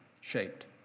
shaped